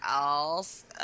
else